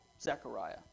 Zechariah